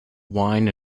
wine